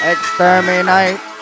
Exterminate